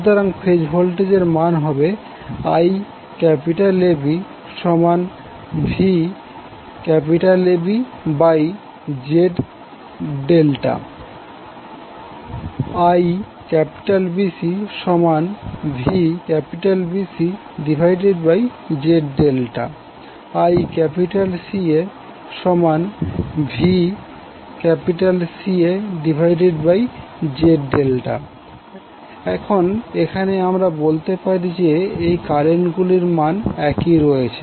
সুতরাং ফেজ ভোল্টেজের মান হবে IABVABZ∆ IBCVBCZ∆ ICAVCAZ∆ এখন এখানে আমরা বলতে পারি যে এই কারেন্ট গুলির মান একই রয়েছে